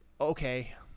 okay